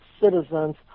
citizens